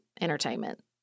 entertainment